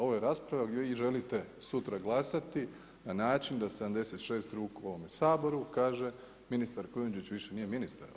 Ovo je rasprava gdje vi želite sutra glasati na način da 76 ruku u ovome saboru kaže, ministar Kujundžić više nije ministar.